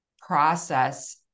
process